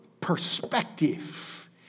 perspective